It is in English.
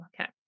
Okay